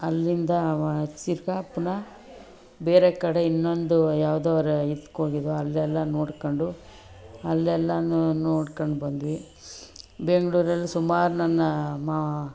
ಅಲ್ಲಿಂದ ತಿರುಗಾ ಪುನಃ ಬೇರೆ ಕಡೆ ಇನ್ನೊಂದು ಯಾವುದೋ ರ್ ಇದಕ್ಕೋಗಿದ್ದೋ ಅಲ್ಲೆಲ್ಲ ನೋಡ್ಕೊಂಡು ಅಲ್ಲೆಲ್ಲನೂ ನೋಡ್ಕೊಂಡು ಬಂದ್ವಿ ಬೆಂಗಳೂರಲ್ಲಿ ಸುಮಾರು ನನ್ನ ಮ